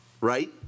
right